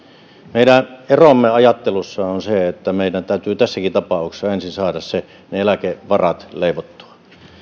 meidän eromme ajattelussa on se että meidän täytyy tässäkin tapauksessa ensin saada ne eläkevarat leivottua